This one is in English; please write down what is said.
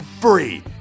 free